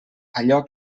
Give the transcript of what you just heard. allò